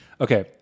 Okay